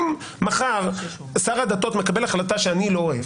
אם מחר שר הדתות מקבל החלטה שאני לא אוהב,